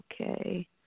Okay